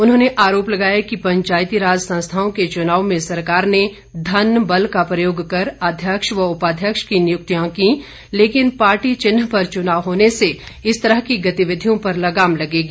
उन्होंने आरोप लगाया कि पंचायती राज संस्थाओं के चुनाव में सरकार ने धन बल का प्रयोग कर अध्यक्ष व उपाध्यक्ष की नियुक्तियां की लेकिन पार्टी चिन्ह पर चुनाव होने से इस तरह की गतिविधियों पर लगाम लगेगी